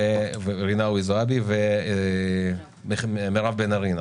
ג'ידא רינאוי זועבי ומירב בן ארי.